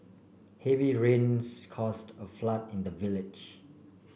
heavy rains caused a flood in the village